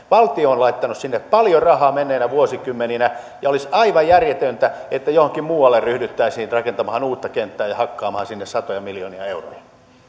valtio on laittanut sinne paljon rahaa menneinä vuosikymmeninä ja olisi aivan järjetöntä että johonkin muualle ryhdyttäisiin rakentamaan uutta kenttää ja hakkaamaan sinne satoja miljoonia euroja